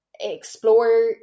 explore